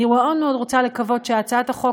אני מאוד מאוד רוצה לקוות שהצעת החוק